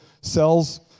cells